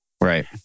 right